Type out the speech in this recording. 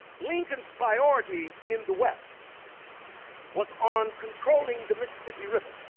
lincoln's priority in the west was on controlling the mississippi river.